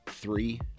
Three